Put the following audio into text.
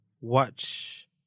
watch